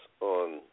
on